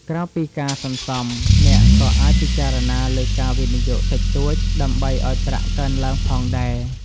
ក្រៅពីការសន្សំ អ្នកក៏អាចពិចារណាលើការវិនិយោគតិចតួចដើម្បីឲ្យប្រាក់កើនឡើងផងដែរ។